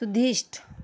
सुधिष्ठ